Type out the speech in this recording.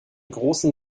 großen